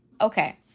Okay